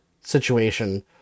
situation